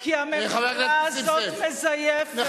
כי הממשלה הזאת מזייפת,